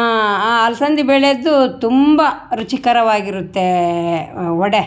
ಆ ಅಲಸಂದಿ ಬೇಳೆದು ತುಂಬ ರುಚಿಕರವಾಗಿರುತ್ತೆ ವಡೆ